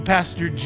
Pastor